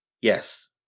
Yes